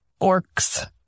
Orcs